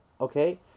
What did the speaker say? Okay